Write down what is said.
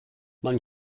man